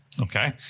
Okay